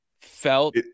felt